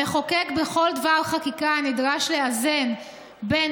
המחוקק נדרש בכל דבר חקיקה לאזן בין